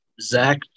Zach